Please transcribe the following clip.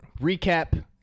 recap